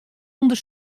ûnder